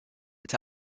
but